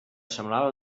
semblava